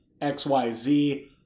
XYZ